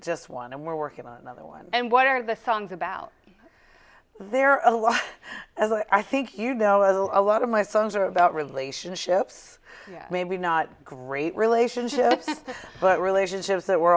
just one and we're working on another one and what are the songs about there are a lot i think you know a lot of my songs are about relationships maybe not great relationships but relationships that were